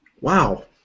Wow